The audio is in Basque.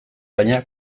baina